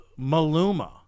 Maluma